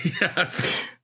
Yes